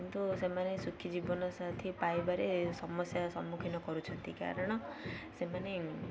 କିନ୍ତୁ ସେମାନେ ସୁଖୀ ଜୀବନସାଥି ପାଇବାରେ ସମସ୍ୟା ସମ୍ମୁଖୀନ କରୁଛନ୍ତି କାରଣ ସେମାନେ